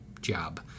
job